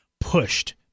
pushed